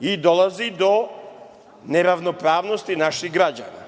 i dolazi do neravnopravnosti naših građana.